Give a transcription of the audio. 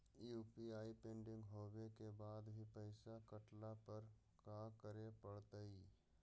UPI pending होवे के बाद भी पैसा कटला पर का करे पड़तई?